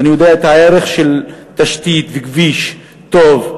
ואני יודע את הערך של תשתית וכביש טוב,